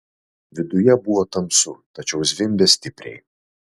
viduje buvo tamsu tačiau zvimbė stipriai